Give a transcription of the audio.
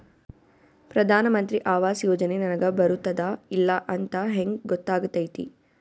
ಪ್ರಧಾನ ಮಂತ್ರಿ ಆವಾಸ್ ಯೋಜನೆ ನನಗ ಬರುತ್ತದ ಇಲ್ಲ ಅಂತ ಹೆಂಗ್ ಗೊತ್ತಾಗತೈತಿ?